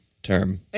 term